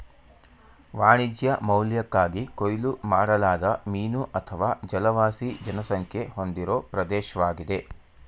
ವಾಣಿಜ್ಯ ಮೌಲ್ಯಕ್ಕಾಗಿ ಕೊಯ್ಲು ಮಾಡಲಾದ ಮೀನು ಅಥವಾ ಜಲವಾಸಿ ಜನಸಂಖ್ಯೆ ಹೊಂದಿರೋ ಪ್ರದೇಶ್ವಾಗಿದೆ